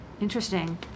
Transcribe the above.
Interesting